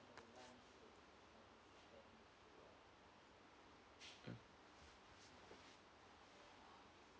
mm